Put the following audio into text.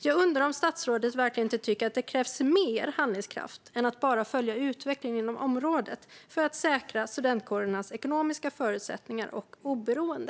Jag undrar som statsrådet verkligen inte tycker att det krävs mer handlingskraft än att bara följa utvecklingen inom området för att säkra studentkårernas ekonomiska förutsättningar och oberoende.